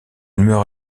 meurt